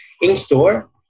in-store